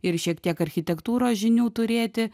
ir šiek tiek architektūros žinių turėti